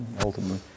Ultimately